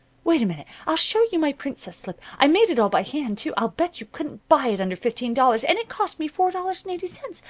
wait a minute. i'll show you my princess slip. i made it all by hand, too. i'll bet you couldn't buy it under fifteen dollars, and it cost me four dollars and eighty cents,